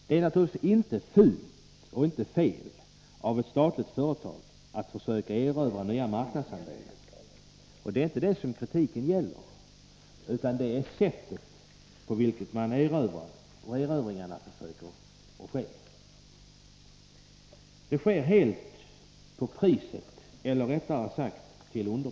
Det är naturligtvis inte fult eller fel av ett statligt företag att söka erövra nya marknadsandelar. Det är inte heller det som kritiken gäller, utan kritiken riktas mot det sätt på vilket dessa erövringsförsök sker. Det enda konkurrensmedel som används är priset, eller rättare sagt underpriser.